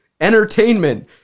Entertainment